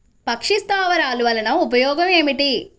పక్షి స్థావరాలు వలన ఉపయోగం ఏమిటి?